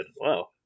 Wow